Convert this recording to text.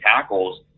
tackles